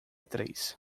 três